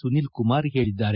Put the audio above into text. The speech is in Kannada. ಸುನೀಲ್ಕುಮಾರ್ ಹೇಳಿದ್ದಾರೆ